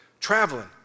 traveling